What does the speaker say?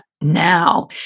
now